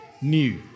new